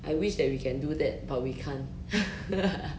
I wish that we can do that but we can't